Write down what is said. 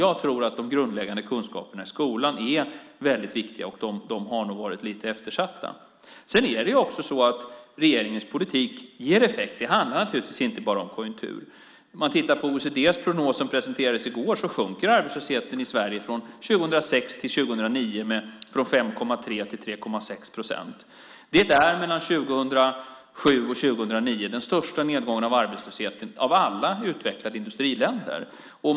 Jag tror att de grundläggande kunskaperna i skolan är väldigt viktiga, och de har nog varit lite eftersatta. Sedan är det så att regeringens politik ger effekt. Det handlar naturligtvis inte bara om konjunkturen. Om man tittar på OECD:s prognos som presenterades i går sjunker arbetslösheten i Sverige från 2006 till 2009 från 5,3 till 3,6 procent. Det är mellan 2007 och 2009 den största nedgången av arbetslösheten om man jämför med alla utvecklade industriländer.